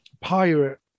pirate